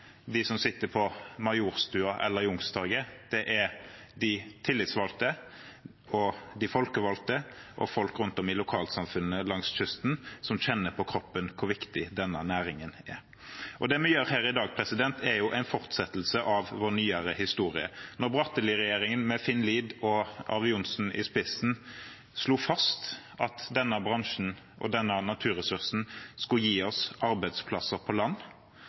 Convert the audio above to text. som sitter på Majorstua eller Youngstorget. Det er de tillitsvalgte, de folkevalgte og folk rundt om i lokalsamfunnene langs kysten – de som kjenner på kroppen hvor viktig denne næringen er. Det vi gjør her i dag, er en fortsettelse av vår nyere historie. Da Bratteli-regjeringen med Finn Lied og Arve Johnsen i spissen slo fast at denne bransjen og denne naturressursen skulle gi oss arbeidsplasser på land,